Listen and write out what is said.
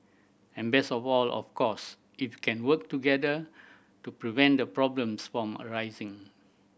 and best of all of course if you can work together to prevent the problems from arising